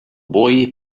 boy